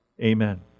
Amen